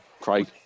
Craig